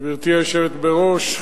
גברתי היושבת בראש,